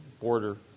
border